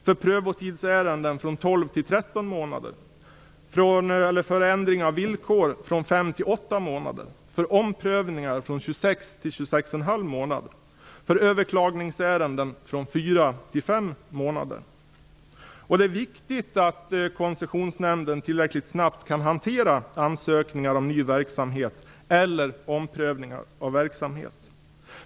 För prövotidsärenden har tiden ökat från 12 till 13 Det är viktigt att Koncessionsnämnden tillräckligt snabbt kan hantera ansökningar om ny verksamhet eller omprövningar av verksamhet.